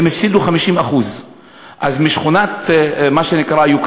הם הפסידו 50%. אז משכונת יוקרה,